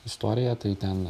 istorija tai ten